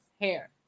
hair